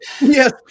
Yes